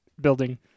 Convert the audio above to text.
building